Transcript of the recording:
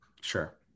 Sure